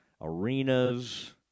arenas